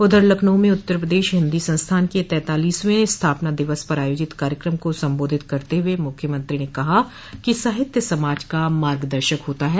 उधर लखनऊ में उत्तर प्रदेश हिन्दी संस्थान के तैतालीसवें स्थापना दिवस पर आयोजित कार्यक्रम को संबोधित करते हुए मुख्यमंत्री ने कहा कि साहित्य समाज का मार्गदर्शक होता है